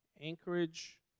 Anchorage